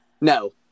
No